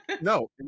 No